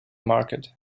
market